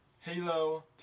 Halo